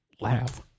laugh